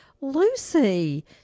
Lucy